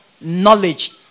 knowledge